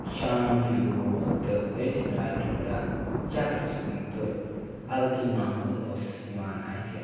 شام ہیوٗ ووت تہٕ أسۍ درٛاے تھوڑا چَکرَس کُن تہٕ اَلگٕے ماحول اوس یِوان اَتھِ